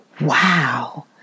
Wow